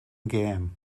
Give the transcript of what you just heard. game